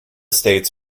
states